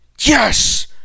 Yes